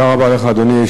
אדוני.